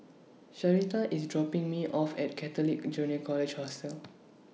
Sharita IS dropping Me off At Catholic Junior College Hostel